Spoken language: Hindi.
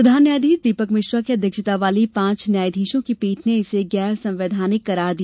प्रधान न्यायाधीश दीपक मिश्रा की अध्यक्षता वाली पांच न्यायाधीशों की पीठ ने इसे गैर संवैधानिक करार दिया